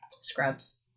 Scrubs